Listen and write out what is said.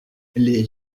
les